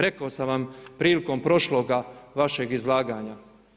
Rekao sam vam prilikom prošloga vašeg izlaganja.